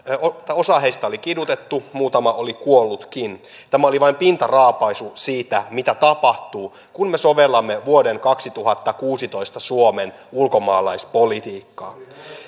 osaa heistä oli kidutettu muutama oli kuollutkin tämä oli vain pintaraapaisu siitä mitä tapahtuu kun me sovellamme vuoden kaksituhattakuusitoista suomen ulkomaalaispolitiikkaa